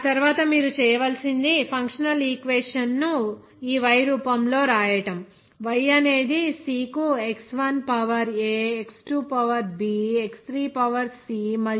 ఆ తరువాత మీరు చేయవలసింది ఫంక్షనల్ ఈక్వేషన్ ని ఈ y రూపంలో రాయడం y అనేది C కు X1 power a X2 power b X3 power c మరియు